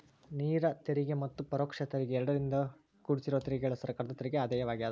ನೇರ ತೆರಿಗೆ ಮತ್ತ ಪರೋಕ್ಷ ತೆರಿಗೆ ಎರಡರಿಂದೂ ಕುಡ್ಸಿರೋ ತೆರಿಗೆಗಳ ಸರ್ಕಾರದ ತೆರಿಗೆ ಆದಾಯವಾಗ್ಯಾದ